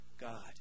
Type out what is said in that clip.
God